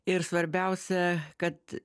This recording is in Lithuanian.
ir svarbiausia kad